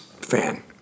fan